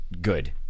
good